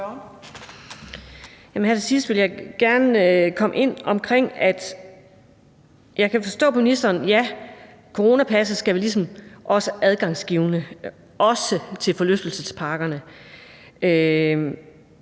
Her til sidst vil jeg gerne komme ind på, at jeg kan forstå på ministeren, at coronapasset skal være adgangsgivende til også forlystelsesparkerne,